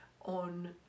on